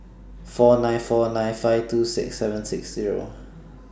four nine four nine five two six seven six Zero